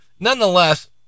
Nonetheless